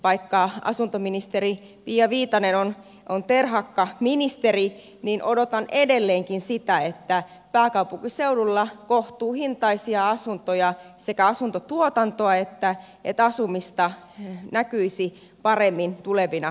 vaikka asuntoministeri pia viitanen on terhakka ministeri niin odotan edelleenkin sitä että pääkaupunkiseudulla kohtuuhintaisia asuntoja sekä asuntotuotantoa että asumista näkyisi paremmin tulevina vuosina